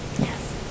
Yes